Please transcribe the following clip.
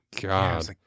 god